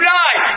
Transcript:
die